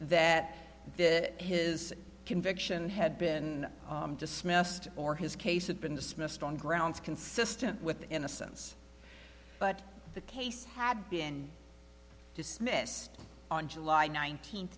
that that his conviction had been dismissed or his case had been dismissed on grounds consistent with innocence but the case had been dismissed on july nineteenth